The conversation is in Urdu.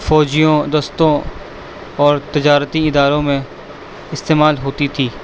فوجیوں دستوں اور تجارتی اداروں میں استعمال ہوتی تھی